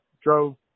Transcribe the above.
drove